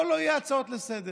פה לא יהיו הצעות לסדר-היום.